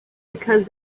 because